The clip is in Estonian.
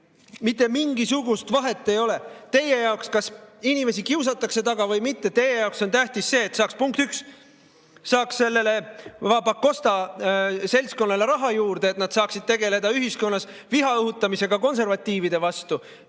Mitte mingisugust vahet ei ole teie jaoks, kas inimesi kiusatakse taga või mitte. Teie jaoks on tähtis see, punkt üks, et saaks sellele va Pakosta seltskonnale raha juurde, et nad saaksid tegeleda ühiskonnas viha õhutamisega konservatiivide vastu